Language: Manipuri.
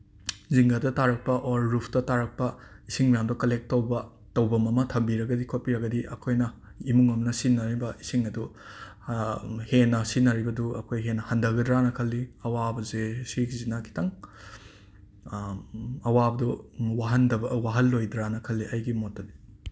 ꯖꯤꯡꯒꯗ ꯇꯥꯔꯛꯄ ꯑꯣꯔ ꯔꯨꯐꯇ ꯇꯥꯔꯛꯄ ꯏꯁꯤꯡ ꯃꯌꯥꯝꯗꯣ ꯀꯂꯦꯛ ꯇꯧꯕ ꯇꯧꯕꯝ ꯑꯃ ꯊꯝꯕꯤꯔꯒꯗꯤ ꯈꯣꯠꯄꯤꯔꯒꯗꯤ ꯑꯩꯈꯣꯏꯅ ꯏꯃꯨꯡ ꯑꯃꯅ ꯁꯤꯖꯤꯟꯅꯔꯤꯕ ꯏꯁꯤꯡ ꯑꯗꯨ ꯍꯦꯟꯅ ꯁꯤꯖꯤꯟꯅꯔꯤꯕꯗꯨ ꯑꯩꯈꯣꯏ ꯍꯦꯟꯅ ꯍꯟꯗꯒꯗ꯭ꯔꯥꯅ ꯈꯜꯂꯤ ꯑꯋꯥꯕꯁꯦ ꯁꯤꯒꯤꯁꯤꯅ ꯈꯤꯇꯪ ꯑꯋꯥꯕꯗꯨ ꯋꯥꯍꯜꯂꯣꯏꯗ꯭ꯔꯥꯅ ꯈꯜꯂꯤ ꯑꯩꯒꯤ ꯃꯣꯠꯇꯗꯤ